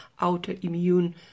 autoimmune